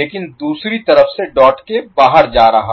लेकिन दूसरी तरफ से डॉट के बाहर जा रहा है